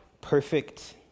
perfect